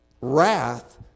wrath